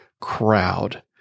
crowd